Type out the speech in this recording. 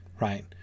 right